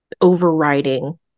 overriding